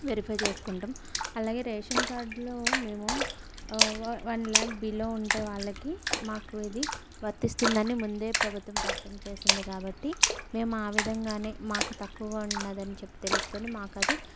verify చేసుకుంటాం అలాగే ration కార్డులో మేము వ వన్ ల్యాక్ బిలో ఉంటే వాళ్ళకి మాకు ఇది వర్తిస్తుందని ముందే ప్రభుత్వం ప్రకటన చేసింది కాబట్టి మేము ఆ విధంగానే మాకు తక్కువ ఉన్నదని చెప్పి తెలుసుకొని మాకు అది